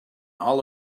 all